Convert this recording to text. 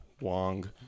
Wong